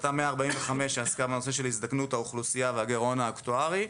החלטה 145 שעסקה בנושא הזדקנות האוכלוסייה והגירעון האקטוארי,